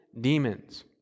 demons